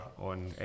on